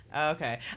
Okay